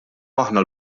aħna